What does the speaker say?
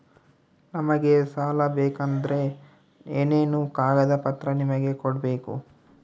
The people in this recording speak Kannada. ನಮಗೆ ಸಾಲ ಬೇಕಂದ್ರೆ ಏನೇನು ಕಾಗದ ಪತ್ರ ನಿಮಗೆ ಕೊಡ್ಬೇಕು?